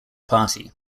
party